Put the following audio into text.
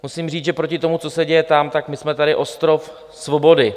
Musím říct, že proti tomu, co se děje tam, tak my jsme tady ostrov svobody.